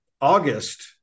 August